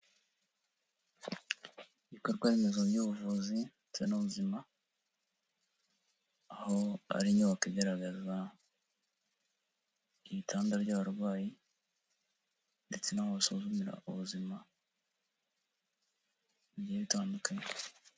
Ibikorwa remezo by'ubuvuzi ndetse n'ubuzima, aho ari inyubako igaragaza ibitanda by'abarwayi ndetse n'aho basuzumira ubuzima, bigiye bitandukanye.